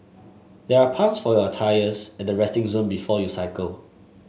there are pumps for your tyres at the resting zone before you cycle